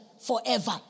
forever